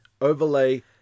overlay